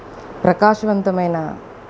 ప్రకాశవంతమైన